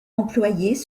employés